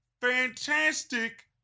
fantastic